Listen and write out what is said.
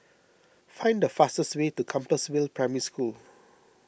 find the fastest way to Compassvale Primary School